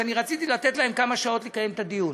מפני שאני רציתי לתת להם כמה שעות לקיים את הדיון.